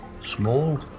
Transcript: Small